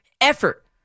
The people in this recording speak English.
effort